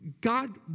God